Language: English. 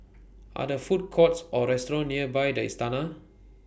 Are There Food Courts Or restaurants near By The Istana